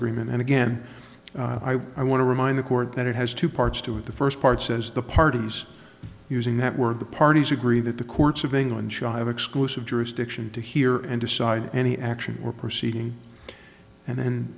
agreement and again i want to remind the court that it has two parts to it the first part says the parties using that word the parties agree that the courts of england shall have exclusive jurisdiction to hear and decide any action or proceeding and then